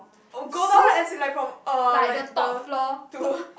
oh as in like from uh like the to